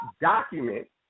document